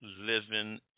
living